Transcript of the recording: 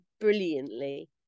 brilliantly